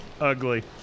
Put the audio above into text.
Ugly